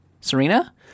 Serena